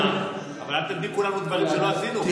אבל אל תדביקו לנו דברים שלא עשינו.